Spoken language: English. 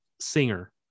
singer